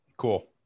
Cool